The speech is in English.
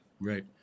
Right